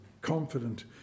confident